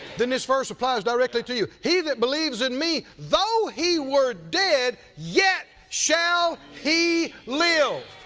then this verse applies directly to you. he that believes in me, though he were dead, yet shall he live.